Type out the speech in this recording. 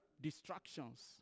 Distractions